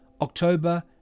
October